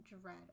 dread